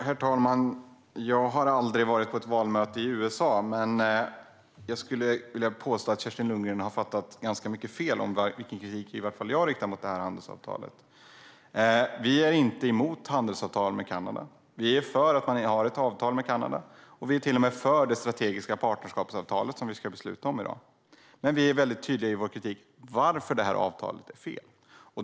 Herr talman! Jag har aldrig varit på något valmöte i USA, men jag vill nog påstå att Kerstin Lundgren har fattat ganska mycket fel när det gäller den kritik som jag riktar mot det här handelsavtalet. Vi är inte emot ett handelsavtal med Kanada. Vi är för att man har ett sådant avtal, och vi är till och med för det strategiska partnerskapsavtalet som vi ska besluta om i dag. Men vi är väldigt tydliga i vår kritik och om varför vi tycker att avtalet är fel.